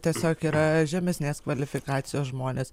tiesiog yra žemesnės kvalifikacijos žmonės